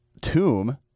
tomb